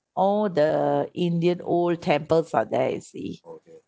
all the indian old temple are there you see